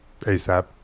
ASAP